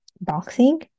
boxing